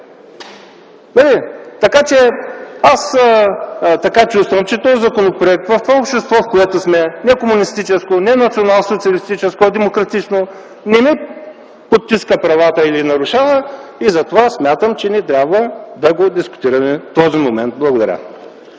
правим?”. Така че освен, че този законопроект в това общество, в което сме – не комунистическо, не националсоциалистическо, а демократично, не ни подтиска правата или ги нарушава, затова аз смятам, че не трябва да го дискутираме в този момент. Благодаря.